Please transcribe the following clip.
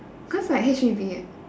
cause like H_P_B